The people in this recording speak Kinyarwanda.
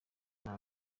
nta